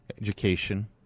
education